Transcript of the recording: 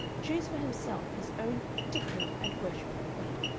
choose for himself his own particular and worshipful queen.